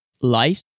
light